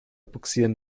bugsieren